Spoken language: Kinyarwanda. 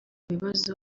bibazo